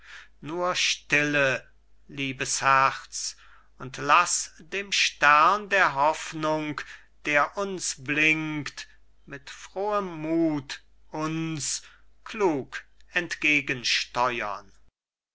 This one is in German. nur stille liebes herz und laß dem stern der hoffnung der uns blinkt mit frohem muth uns klug